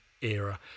era